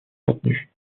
retenues